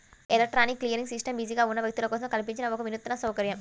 electronic clearing system బిజీగా ఉన్న వ్యక్తుల కోసం కల్పించిన ఒక వినూత్న సౌకర్యం